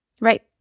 Right